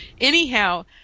Anyhow